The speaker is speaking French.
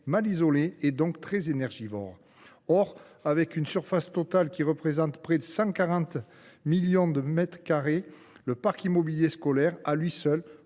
mal isolés, donc très énergivores. Or, avec une surface totale de près de 140 millions de mètres carrés, le parc immobilier scolaire, à lui seul,